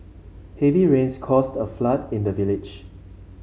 heavy rains caused a flood in the village